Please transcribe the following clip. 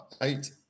eight